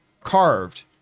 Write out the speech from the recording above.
carved